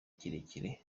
kirekire